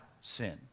sin